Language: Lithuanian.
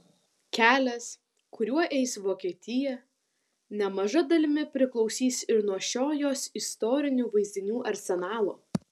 kelias kuriuo eis vokietija nemaža dalimi priklausys ir nuo šio jos istorinių vaizdinių arsenalo